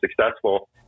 successful